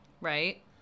right